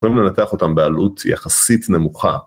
יכולים לנתח אותם בעלות יחסית נמוכה.